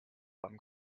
from